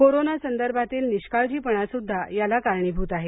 कोरोनासंदर्भातील निष्काळजीपणासुद्धा याला कारणीभूत आहे